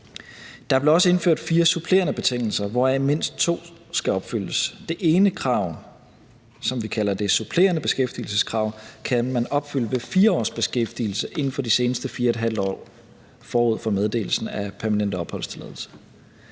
også indført fire supplerende betingelser, hvoraf mindst to skal opfyldes. Det ene krav, som vi kalder det supplerende beskæftigelseskrav, kan man opfylde ved 4 års beskæftigelse inden for de seneste 4½ år forud for meddelelsen af permanent opholdstilladelse.